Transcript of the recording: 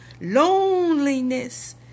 loneliness